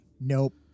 Nope